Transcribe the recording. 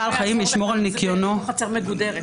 --- בתוך חצר מגודרת.